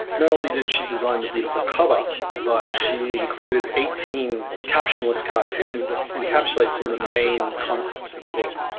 not only did she design the beautiful cover, but she included eighteen captionless cartoons that encapsulate some of the main concepts in the book.